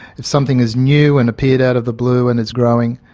if something is new and appeared out of the blue and it's growing,